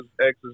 X's